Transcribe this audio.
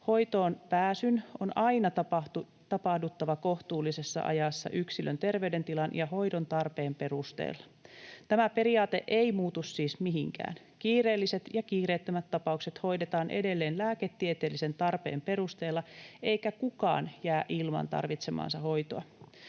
Hoitoonpääsyn on aina tapahduttava kohtuullisessa ajassa yksilön terveydentilan ja hoidontarpeen perusteella. Tämä periaate ei muutu siis mihinkään. Kiireelliset ja kiireettömät tapaukset hoidetaan edelleen lääketieteellisen tarpeen perusteella, eikä kukaan jää ilman tarvitsemaansa hoitoa.